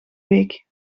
week